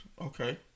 okay